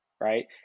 right